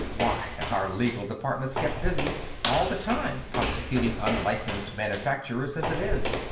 why, our legal department's kept busy all the time prosecuting unlicensed manufacturers as it is.